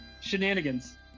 shenanigans